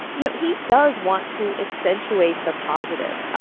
you know, he does want to accentuate the positive.